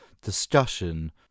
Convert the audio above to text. discussion